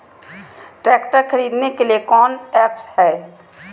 Tractor खरीदने के लिए कौन ऐप्स हाय?